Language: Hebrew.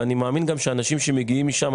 ואני מאמין גם שאנשים שמגיעים משם,